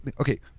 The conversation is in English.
Okay